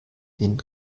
den